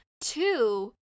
Two